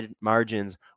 margins